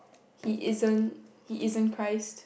he isn't he isn't Christ